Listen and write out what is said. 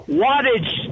wattage